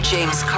James